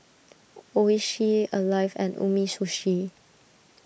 Oishi Alive and Umisushi